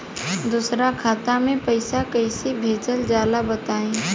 दोसरा खाता में पईसा कइसे भेजल जाला बताई?